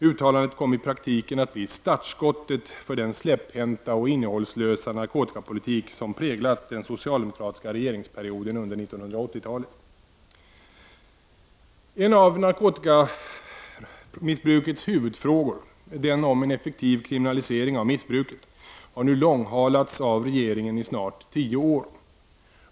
Uttalandet kom i praktiken att bli startskottet för den släpphänta och innehållslösa narkotikapolitik som präglat den socialdemokratiska regeringsperioden under 1980-talet. En av narkotikamissbrukets huvudfrågor, den om en effektiv kriminalisering av missbruket, har nu långhalats av regeringen i snart tio år.